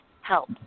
help